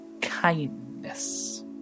kindness